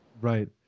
right